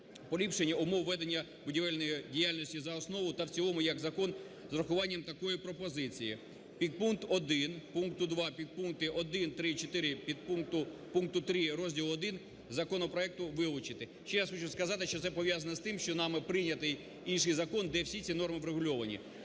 поліпшення умов ведення будівельної діяльності за основу та в цілому як закон з урахуванням такої пропозиції. Підпункт 1 пункту 2, підпункти 1, 3, 4 пункту 3 розділу І законопроекту вилучити. Ще раз хочу сказати, що це пов'язано з тим, що нами прийнятий інший закон, де всі ці норми врегульовані.